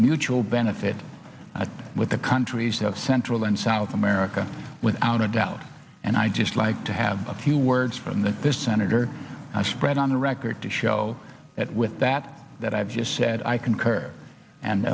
mutual benefit out with the countries of central and south america without a doubt and i'd just like to have a few words from that this senator i spread on the record to show that with that that i've just said i concur and